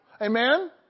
Amen